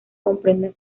comprenden